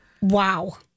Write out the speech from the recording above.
Wow